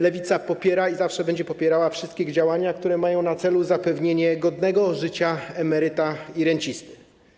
Lewica popiera i zawsze będzie popierała wszystkie działania, które mają na celu zapewnienie godnego życia emerytów i rencistów.